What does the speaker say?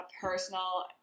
personal